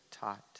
taught